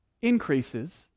increases